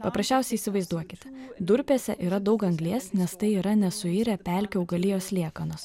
paprasčiausiai įsivaizduokite durpėse yra daug anglies nes tai yra nesuirę pelkių augalijos liekanos